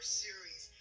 series